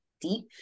deep